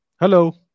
Hello